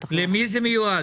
למי זה מיועד?